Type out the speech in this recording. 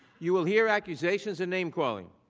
you will hear accusations and name-calling.